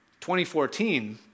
2014